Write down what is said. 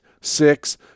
six